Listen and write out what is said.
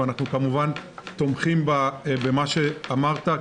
ואנחנו כמובן תומכים במה שאמרת,